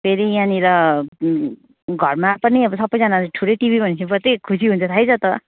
फेरि यहाँनिर घरमा पनि अब सबैजनाले ठुलै टिभी भनेपछि मात्रै खुसी हुन्छ थाहै छ त